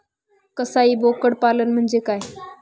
कसाई बोकड पालन म्हणजे काय?